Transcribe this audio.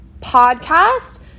podcast